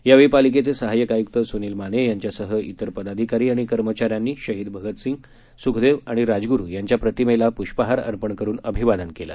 यावेळी पालिकेचे सहाय्यक आयुक्त सुनील माने यांच्यासह तिर पदाधिकारी आणि कर्मचाऱ्यांनी शहीद भगतसिंग सुखदेव आणि राजगुरू यांच्या प्रतिमेला प्ष्पहार अर्पण करून अभिवादन केलं